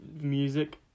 music